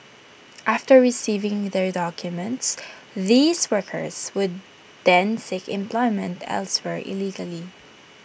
after receiving their documents these workers would then seek employment elsewhere illegally